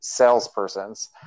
salespersons